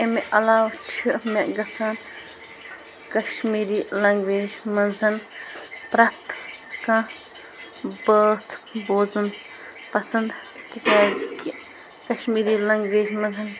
امہِ علاوٕ چھِ مےٚ گژھان کَشمیٖری لَنٛگویج منٛز پرٮ۪تھ کانٛہہ بٲتھ بوزُن پسنٛد تِکیٛازِ کہِ کَشمیٖری لَنٛگویج منٛز